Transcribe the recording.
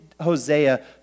Hosea